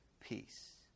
peace